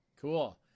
Cool